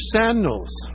sandals